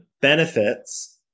benefits